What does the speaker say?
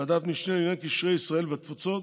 ועדת משנה לעניין קשרי ישראל והתפוצות